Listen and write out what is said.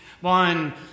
one